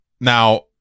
Now